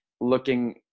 looking